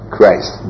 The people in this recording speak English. Christ